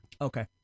Okay